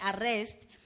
arrest